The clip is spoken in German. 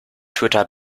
twitter